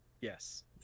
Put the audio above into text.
Yes